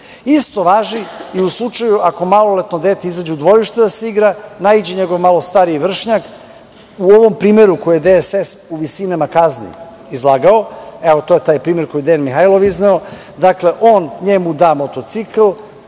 važi i u slučaju ako maloletno dete izađe u dvorište da se igra, naiđe njegov malo stariji vršnjak, u ovom primeru koji je DSS izlagao o visinama kazni, to je taj primer koji je Dejan Mihajlov izneo, dakle, on njemu da motocikl,